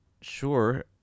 sure